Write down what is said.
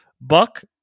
Buck